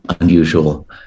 unusual